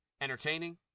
entertaining